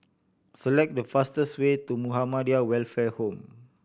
select the fastest way to Muhammadiyah Welfare Home